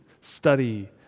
study